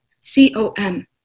C-O-M